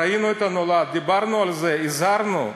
ראינו את הנולד, דיברנו על זה, הזהרנו.